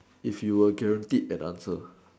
if you were guaranteed an answer